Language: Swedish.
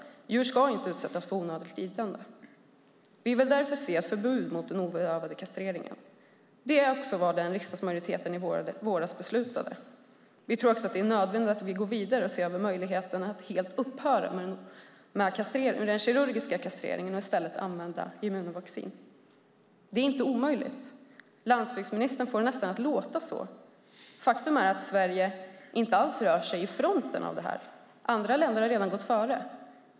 Djur ska inte utsättas för onödigt lidande. Vi vill därför se ett förbud mot den obedövade kastreringen. Det är också vad riksdagsmajoriteten beslutade i våras. Dessutom tror vi att det är nödvändigt att gå vidare och se över möjligheten att helt upphöra med den kirurgiska kastreringen och i stället använda immunovaccin. Det är inte omöjligt. Landsbygdsministern får det att låta nästan så. Faktum är att Sverige inte alls befinner sig i fronten. Andra länder har gått före.